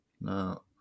No